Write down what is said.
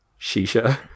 Shisha